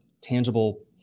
tangible